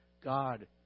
God